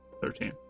Thirteen